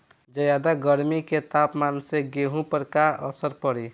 ज्यादा गर्मी के तापमान से गेहूँ पर का असर पड़ी?